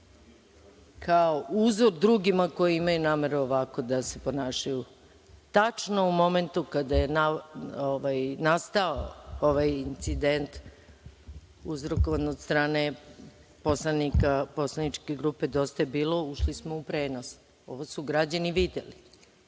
kao uzor drugima koji imaju nameru da se ovako ponašaju. Tačno u momentu kada je nastao ovaj incident uzrokovan od strane poslanika poslaničke grupe DJB ušli smo u prenos. Ovo su građani videli